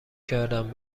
کردم